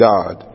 God